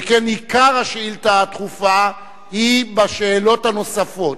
שכן עיקר השאילתא הדחופה הוא בשאלות הנוספות.